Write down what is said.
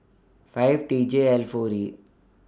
five T J L four E